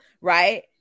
right